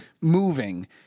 moving